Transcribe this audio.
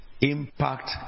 impact